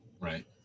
Right